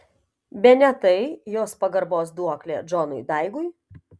bene tai jos pagarbos duoklė džonui daigui